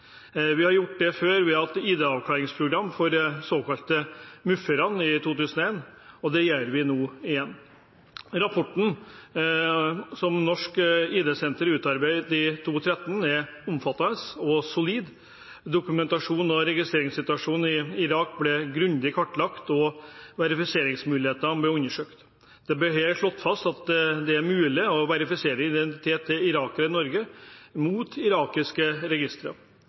Vi har gjort det før. Vi hadde ID-avklaringsprogram for de såkalte MUF-erne i 2001, og nå gjør vi det igjen. Rapporten som Nasjonalt ID-senter utarbeidet i 2013, er omfattende og solid. Dokumentasjons- og registreringssituasjonen i Irak ble grundig kartlagt, og verifiseringsmulighetene ble undersøkt. Det ble slått fast at det er mulig å verifisere identiteten til irakere i Norge mot irakiske registre.